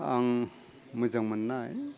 आं मोजां मोननाय